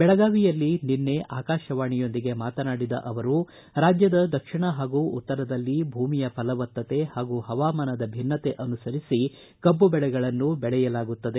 ಬೆಳಗಾವಿಯಲ್ಲಿ ನಿನ್ನೆ ಆಕಾಶವಾಣಿಯೊಂದಿಗೆ ಮಾತನಾಡಿದ ಅವರು ರಾಜ್ಯದ ದಕ್ಷಿಣ ಹಾಗೂ ಉತ್ತರದಲ್ಲಿ ಭೂಮಿಯ ಫಲವತ್ತತೆ ಹಾಗೂ ಹವಾಮಾನದ ಭಿನ್ನತೆ ಅನುಸರಿಸಿ ಕಬ್ಬು ಬೆಳೆಗಳನ್ನು ಬೆಳೆಯಲಾಗುತ್ತದೆ